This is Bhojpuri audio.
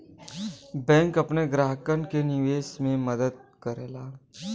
बैंक अपने ग्राहकन के निवेश करे में मदद करलन